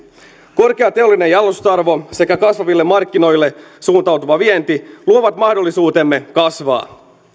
korkea teollinen jalostusarvo sekä kasvaville markkinoille suuntautuva vienti luovat mahdollisuutemme kasvaa